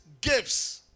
gifts